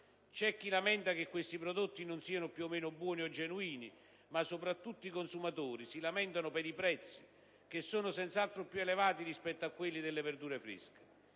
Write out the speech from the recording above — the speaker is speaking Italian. C'è chi lamenta che questi prodotti non siano più o meno buoni o genuini, ma soprattutto i consumatori si lamentano per i prezzi, che sono senz'altro più elevati rispetto a quelli delle verdure fresche.